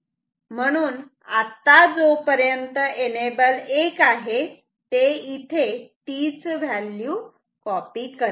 म्हणून आता जोपर्यंत एनेबल 1 आहे ते इथे तीच व्हॅल्यू कॉपी करते